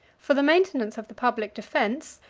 for the maintenance of the public defence,